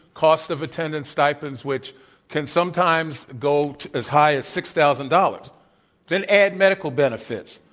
cost of attendance, stipends which can sometimes go as high as six thousand dollars then add medical benefits,